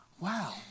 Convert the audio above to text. wow